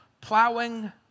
Plowing